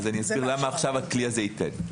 אסביר מה הכלי הזה ייתן.